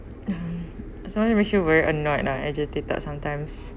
hmm it sometimes makes you very annoyed ah agitated sometimes